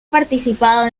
participado